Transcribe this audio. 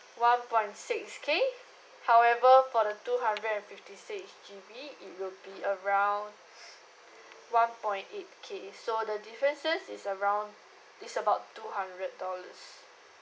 one point six K however for the two hundred and fifty six G_B it will be around one point eight K so the differences is around is about two hundred dollars